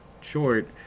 short